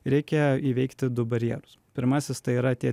reikia įveikti du barjerus pirmasis tai yra tie